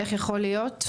איך יכול להיות?